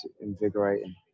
invigorating